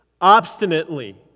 obstinately